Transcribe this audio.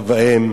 אב ואם,